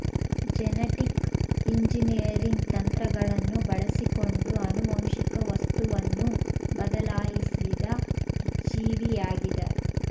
genetic engineering ತಂತ್ರಗಳನ್ನು ಬಳಸಿಕೊಂಡು ಆನುವಂಶಿಕ ವಸ್ತುವನ್ನು ಬದಲಾಯಿಸಿದ ಜೀವಿಯಾಗಿದ